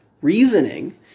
reasoning